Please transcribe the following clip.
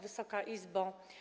Wysoka Izbo!